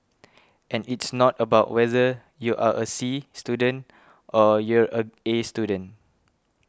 and it's not about whether you are a C student or you're a A student